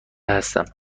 هستم